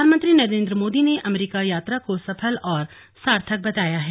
प्रधानमंत्री नरेन्द्र मोदी ने अमरीका यात्रा को सफल और सार्थक बताया है